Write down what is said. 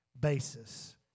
basis